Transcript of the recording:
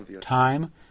Time